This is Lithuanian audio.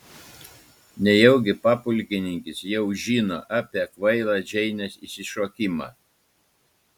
nejaugi papulkininkis jau žino apie kvailą džeinės išsišokimą